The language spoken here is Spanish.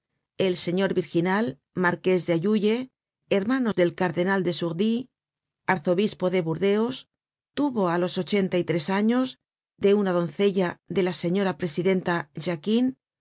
el señor virginal marqués de alluye hermano del cardenal de sourdis arzobispo de burdeos tuvoá los ochenta y tres años de una doncella dela señora presidenta jacquin